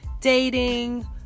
dating